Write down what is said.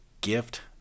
gift